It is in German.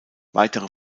weitere